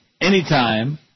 Anytime